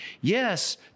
Yes